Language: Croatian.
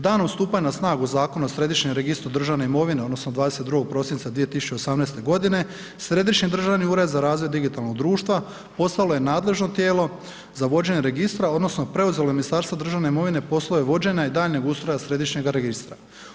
Danom stupanja na snagu Zakona o Središnjem registru državne imovine odnosno 22. prosinca 2018. godine središnji državni ured za razvoj digitalnog društva postalo je nadležno tijelo za vođenje registra odnosno preuzelo je Ministarstvo državne imovine poslove vođenja i daljnjeg ustroja središnjega registra.